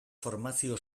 formazio